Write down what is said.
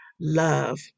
love